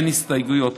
אין הסתייגויות.